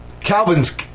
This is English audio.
Calvin's